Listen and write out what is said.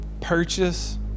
Purchase